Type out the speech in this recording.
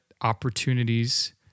opportunities